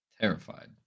Terrified